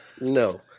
No